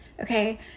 okay